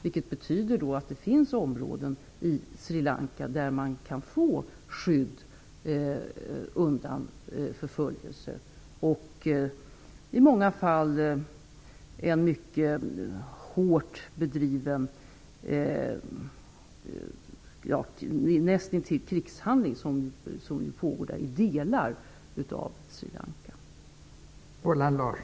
Det betyder att det finns områden i Sri Lanka där man kan få skydd undan förföljelse och en i många fall hårt bedriven krigshandling eller näst intill, som förekommer i delar av landet.